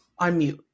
unmute